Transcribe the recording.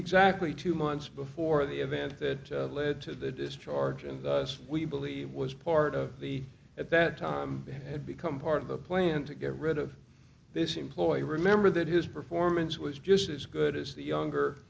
exactly two months before the event that led to the discharge and thus we believe was part of the at that time he had become part of the plan to get rid of this employee remember that his performance was just as good as the younger